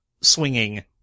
swinging